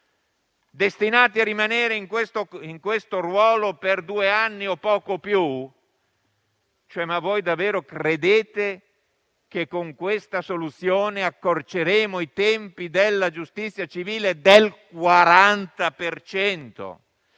destinati a rimanere in questo ruolo per due anni o poco più. Davvero credete che con questa soluzione accorceremo i tempi della giustizia civile del 40